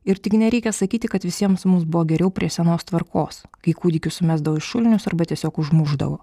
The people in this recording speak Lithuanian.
ir tik nereikia sakyti kad visiems mums buvo geriau prie senos tvarkos kai kūdikius sumesdavo į šulinius arba tiesiog užmušdavo